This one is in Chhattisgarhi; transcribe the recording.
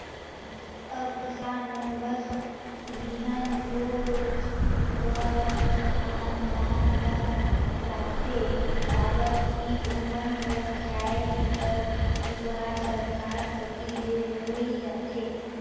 अब किसान मन बस बीहन भोज बर धान पान ल राखथे काबर कि ओमन कर खाए कर जुगाड़ सरकार कती ले होए जाथे